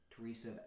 Teresa